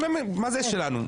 מה זה שלנו?